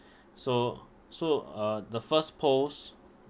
so so uh the first post